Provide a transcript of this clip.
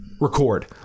Record